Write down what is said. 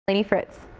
lainie fritz.